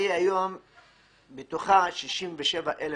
ברהט כמעט 67,000